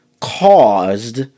caused